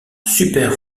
super